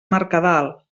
mercadal